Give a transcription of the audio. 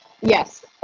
Yes